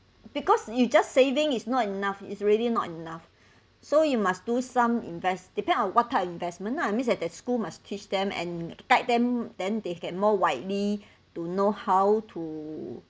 because you just saving is not enough is really not enough so you must do some invest depend on what type of investment lah I mean that that school must teach them and guide them then they can more widely to know how to